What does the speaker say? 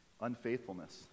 Unfaithfulness